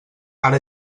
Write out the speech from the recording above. ara